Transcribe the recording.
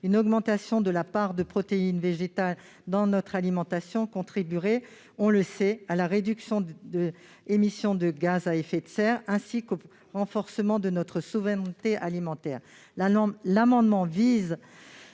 Une augmentation de la part de protéines végétales dans notre alimentation contribuerait, on le sait, à la réduction des émissions de gaz à effet de serre ainsi qu'au renforcement de notre souveraineté alimentaire. Cet amendement vise